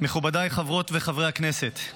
מכובדיי חברות וחברי הכנסת,